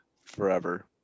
forever